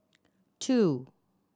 two